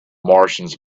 martians